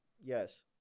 Yes